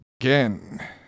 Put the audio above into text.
Again